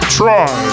try